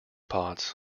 pots